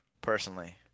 personally